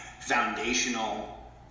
foundational